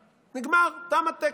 נגמר, תם הטקס.